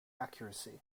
accuracy